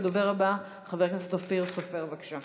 הדובר הבא, חבר הכנסת אופיר סופר, בבקשה.